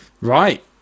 Right